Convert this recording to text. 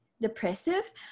depressive